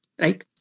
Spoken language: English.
right